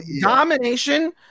Domination